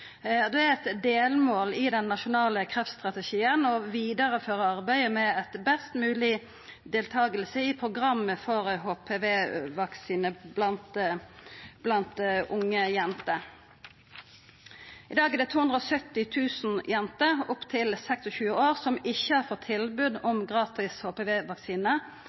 Det er eit delmål i den nasjonale kreftstrategien å vidareføra arbeidet med ei størst mogleg deltaking i programmet for HPV-vaksine blant unge jenter. I dag er det 270 000 jenter opp til 26 år som ikkje har fått tilbod om gratis